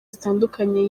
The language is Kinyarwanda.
zitandukanye